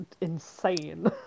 insane